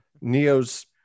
neo's